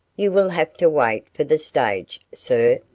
you will have to wait for the stage, sir.